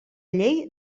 llei